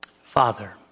Father